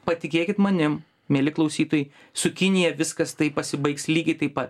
patikėkit manim mieli klausytojai su kinija viskas taip pasibaigs lygiai taip pat